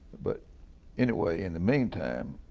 but anyway, in the meantime